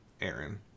Aaron